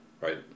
right